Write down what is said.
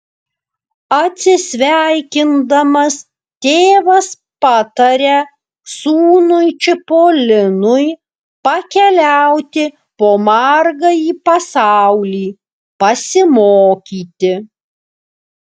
atsisveikindamas tėvas pataria sūnui čipolinui pakeliauti po margąjį pasaulį pasimokyti